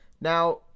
Now